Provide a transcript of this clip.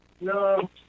No